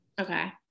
Okay